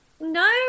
no